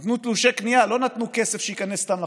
נתנו תלושי קנייה, לא נתנו כסף שייכנס סתם לחשבון.